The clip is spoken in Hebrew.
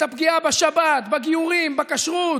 את הפגיעה בשבת, בגיורים, בכשרות,